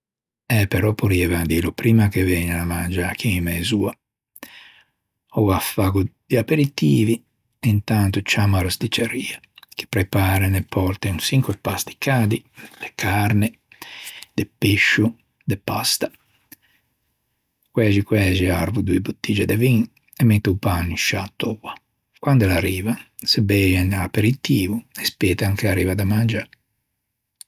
Eh però porrieivan dîlo primma che vëgnan chì à mangiâ in mez'oa. Oua faggo di aperitivi intanto ciammo a rosticceria che preparen e pòrten çinque pasti cadi de carne, de pescio, de pasta. Quæxi quæxi arvo doe bottigge de vin e metto o pan in sciâ töa. Quande l'arrivan se beian un aperitivo e spetan che arrive da mangiâ